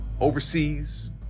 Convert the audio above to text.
overseas